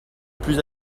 plus